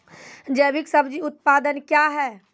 जैविक सब्जी उत्पादन क्या हैं?